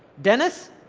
dennis?